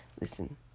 Listen